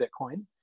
Bitcoin